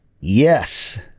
Yes